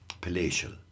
palatial